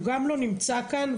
הוא גם לא נמצא כאן,